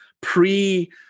pre